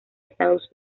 estados